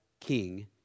king